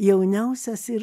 jauniausias ir